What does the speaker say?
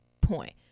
point